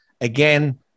Again